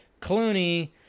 Clooney